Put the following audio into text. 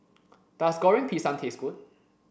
does Goreng Pisang taste good